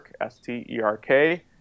S-T-E-R-K